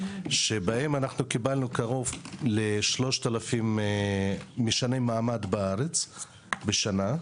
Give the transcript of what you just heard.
שבהן קיבלנו קרוב ל-3,000 משני מעמד בארץ בשנה,